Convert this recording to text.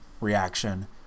reaction